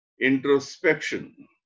introspection